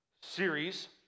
series